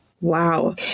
Wow